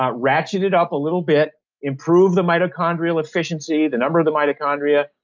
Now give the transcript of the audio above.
um ratchet it up a little bit improve the mitochondria efficiency, the number of the mitochondria,